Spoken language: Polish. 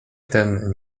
ten